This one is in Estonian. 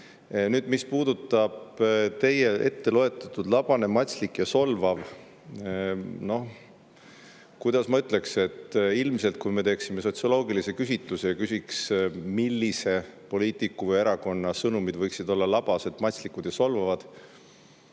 Nüüd, mis puudutab teie ette loetud "labane, matslik ja solvav", kuidas ma ütleksin – ilmselt, kui me teeksime sotsioloogilise küsitluse ja küsiks, millise poliitiku või erakonna sõnumid võiksid olla labased, matslikud ja solvavad,